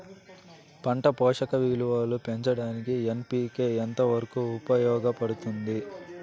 పంట పోషక విలువలు పెంచడానికి ఎన్.పి.కె ఎంత వరకు ఉపయోగపడుతుంది